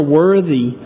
worthy